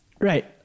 Right